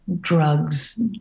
drugs